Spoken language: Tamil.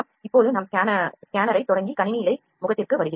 இப்போது நாம் ஸ்கேனரைத் தொடங்கி கணினி இடைமுகத்திற்கு வருகிறோம்